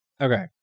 Okay